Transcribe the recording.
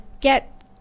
get